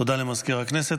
תודה למזכיר הכנסת.